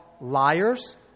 liars